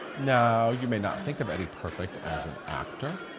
now, you might not think of eddie perfect as an actor.